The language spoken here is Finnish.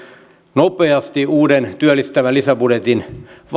nopeasti uuden työllistävän lisäbudjetin